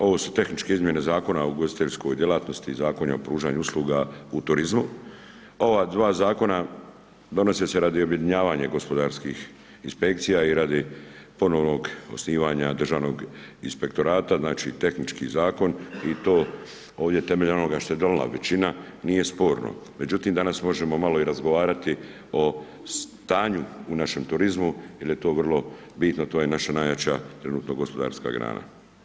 Ovo su tehničke izmjene Zakona o ugostiteljskoj djelatnosti i Zakona o pružanju usluga u turizmu, ova dva Zakona donose se radi objedinjavanja gospodarskih inspekcija i radi ponovnog osnivanja Državnog inspektorata, znači tehnički Zakon i to ovdje temeljem onoga što je donijela većina, nije sporno, međutim danas možemo malo i razgovarati o stanju u našem turizmu jer je to vrlo bitno, to je naša najjača trenutno gospodarska grana.